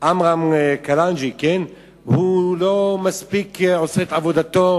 עמרם קלעג'י לא עושה את עבודתו